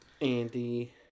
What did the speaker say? Andy